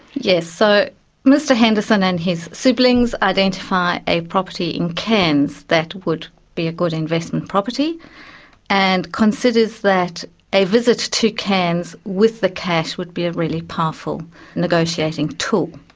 yes, so mr henderson and his siblings identify a property in cairns that would be a good investment property and considers that a visit to cairns with the cash would be a really powerful negotiating tool.